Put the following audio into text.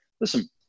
listen